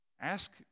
Ask